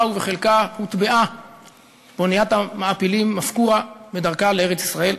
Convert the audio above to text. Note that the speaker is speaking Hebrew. ובחלקה הוטבעה באוניית המעפילים "מפקורה" בדרכה לארץ-ישראל.